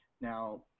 now